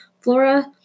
Flora